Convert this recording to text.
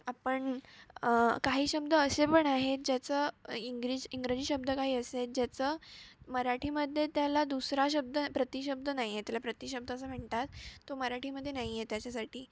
आपण काही शब्द असे पण आहेत ज्याचं इंग्रज इंग्रजी शब्द काही असे आहेत ज्याचं मराठीमध्ये त्याला दुसरा शब्द प्रतिशब्द नाही आहे त्याला प्रतिशब्द असं म्हणतात तो मराठीमध्ये नाही आहे त्याच्यासाठी